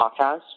podcast